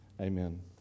Amen